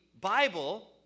Bible